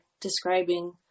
describing